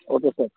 okay sir